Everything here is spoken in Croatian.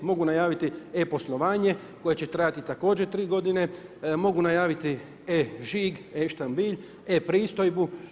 Mogu najaviti e-poslovanje koje će trajati također tri godine, mogu najaviti e-žig, e-štambilj, e-pristojbu.